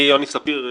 אני יוני ספיר,